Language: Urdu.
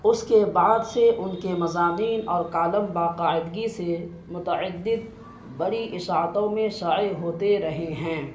اس کے بعد سے ان کے مضامین اور کالم باقاعدگی سے متعدد بڑی اشاعتوں میں شائع ہوتے رہے ہیں